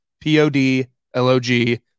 P-O-D-L-O-G